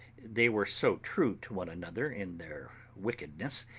they were so true to one another in their wickedness,